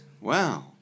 Wow